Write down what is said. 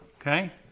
Okay